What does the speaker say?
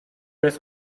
jest